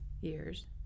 years